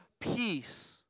peace